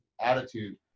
attitude